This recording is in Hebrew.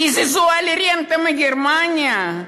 קיזזו על רנטה מגרמניה?